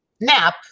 nap